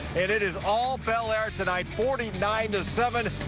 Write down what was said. it it is all bellaire tonight forty nine seven.